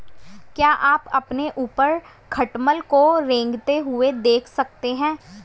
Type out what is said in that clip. क्या आप अपने ऊपर खटमल को रेंगते हुए देख सकते हैं?